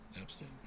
Epstein